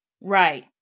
Right